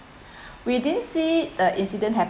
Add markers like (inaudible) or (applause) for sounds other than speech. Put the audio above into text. (breath) we didn't see the incident happen